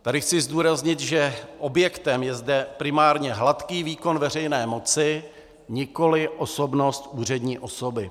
Tady chci zdůraznit, že objektem je zde primárně hladký výkon veřejné moci, nikoliv osobnost úřední osoby.